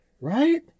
Right